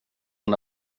och